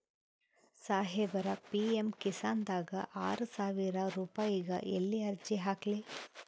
ಸಾಹೇಬರ, ಪಿ.ಎಮ್ ಕಿಸಾನ್ ದಾಗ ಆರಸಾವಿರ ರುಪಾಯಿಗ ಎಲ್ಲಿ ಅರ್ಜಿ ಹಾಕ್ಲಿ?